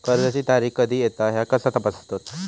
कर्जाची तारीख कधी येता ह्या कसा तपासतत?